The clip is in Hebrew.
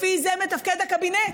לפי זה מתפקד הקבינט,